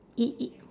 i~ i~